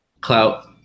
clout